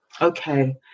okay